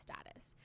status